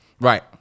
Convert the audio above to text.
Right